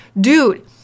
Dude